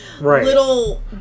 little